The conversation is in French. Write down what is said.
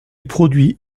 produit